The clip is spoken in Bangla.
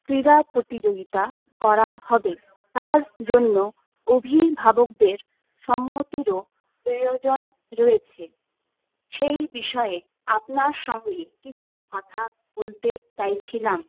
ক্রীড়া প্রতিযোগিতা করা হবে তার জন্য অভিভাবকদের সম্মতিরও প্রয়োজন রয়েছে সেই বিষয়ে আপনার সঙ্গে কিছু কথা বলতে চাইছিলাম